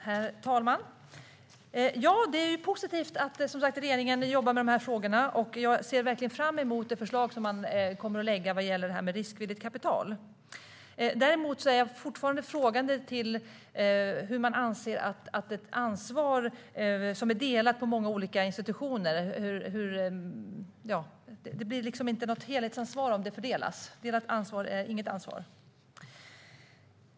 Herr talman! Det är positivt att regeringen vill jobba med dessa frågor. Jag ser verkligen fram emot det förslag som man kommer att lägga fram om detta med riskvilligt kapital. Däremot är jag fortfarande frågande till hur man anser att ett ansvar som är delat på många olika institutioner ska fungera. Det blir inte något helhetsansvar om det fördelas - delat ansvar är inget ansvar.